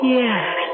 yes